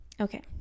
okay